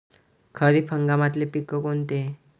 खरीप हंगामातले पिकं कोनते?